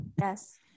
yes